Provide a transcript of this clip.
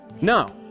No